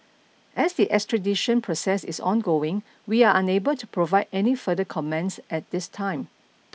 as the extradition process is ongoing we are unable to provide any further comments at this time